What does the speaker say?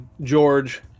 George